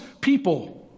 people